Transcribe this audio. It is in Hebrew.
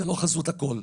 זו לא חזות הכל.